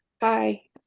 Hi